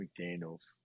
McDaniels